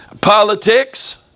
politics